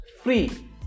free